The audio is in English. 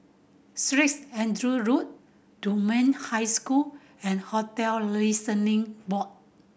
Streets Andrew Road Dunman High School and Hotel Listening Board